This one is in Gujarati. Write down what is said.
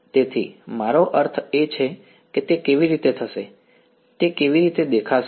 તેથી મારો અર્થ એ છે કે તે કેવી રીતે થશે તે કેવી રીતે દેખાશે